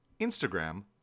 Instagram